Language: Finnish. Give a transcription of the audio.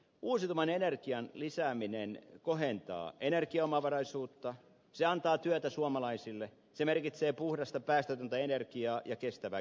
uusiutuvan energian lisääminen kohentaa energiaomavaraisuutta se antaa työtä suomalaisille se merkitsee puhdasta päästötöntä energiaa ja kestävää kehitystä